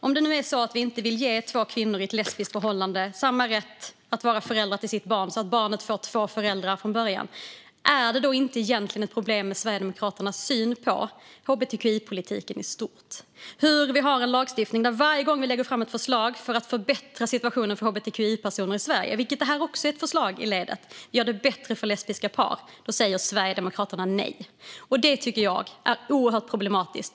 Om det är så att man inte vill ge två kvinnor i ett lesbiskt förhållande samma rätt att vara föräldrar till sitt barn så att barnet får två föräldrar från början, är inte det egentligen ett problem med Sverigedemokraternas syn på hbtqi-politiken i stort? Vi har lagstiftning, men varje gång vi lägger fram ett förslag för att förbättra situationen för hbtqi-personer i Sverige - det här är ett förslag i det ledet, då det gör det bättre för lesbiska par - säger Sverigedemokraterna nej. Det tycker jag är oerhört problematiskt.